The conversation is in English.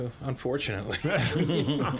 unfortunately